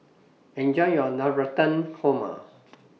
Enjoy your Navratan Korma